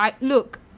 look